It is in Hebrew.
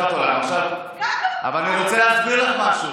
קריאה: 05:00. טלי גוטליב (הליכוד): כבר 05:00?